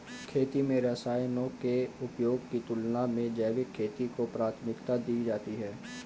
खेती में रसायनों के उपयोग की तुलना में जैविक खेती को प्राथमिकता दी जाती है